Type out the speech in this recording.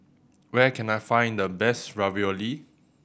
where can I find the best Ravioli